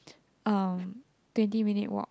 um twenty minute walk